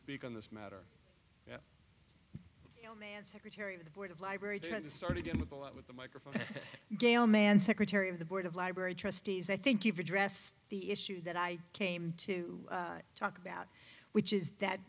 speak on this matter oh man secretary of the board of library trying to start again with a lot with the microphone gail mann secretary of the board of library trustees i think you've addressed the issue that i came to talk about which is that